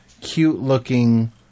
cute-looking